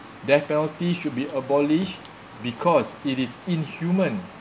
death penalty should be abolished because it is inhuman